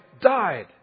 died